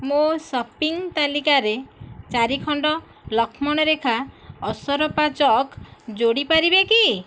ମୋ ସପିଂ ତାଲିକାରେ ଚାରି ଖଣ୍ଡ ଲକ୍ଷ୍ମଣ ରେଖା ଅସରପା ଚକ୍ ଯୋଡ଼ି ପାରିବେ କି